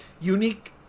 unique